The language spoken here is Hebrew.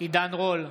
עידן רול,